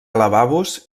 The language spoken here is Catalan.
lavabos